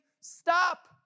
stop